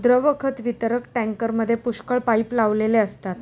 द्रव खत वितरक टँकरमध्ये पुष्कळ पाइप लावलेले असतात